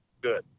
good